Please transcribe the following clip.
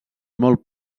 molt